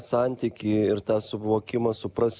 santykį ir tą suvokimą supras